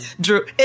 Drew